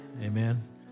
amen